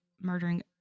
murdering